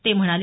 ते म्हणाले